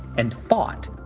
and thought,